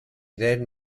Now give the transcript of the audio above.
then